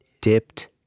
dipped